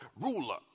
Ruler